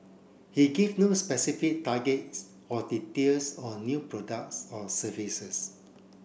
he give no specific targets or details on new products or services